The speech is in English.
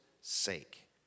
sake